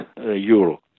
euro